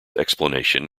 explanation